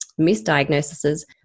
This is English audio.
misdiagnoses